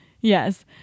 Yes